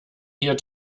hier